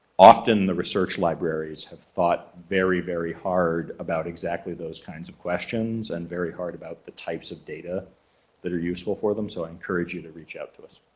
often the research libraries have thought very very hard about exactly those kinds of questions and very hard about the types of data that are useful for them, so i encourage you to reach out to us.